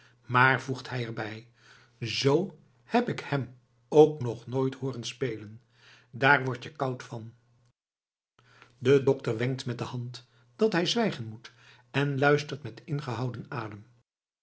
maar voegt hij er bij z heb ik hem ook nog nooit hooren spelen daar word je koud van de dokter wenkt met de hand dat hij zwijgen moet en luistert met ingehouden adem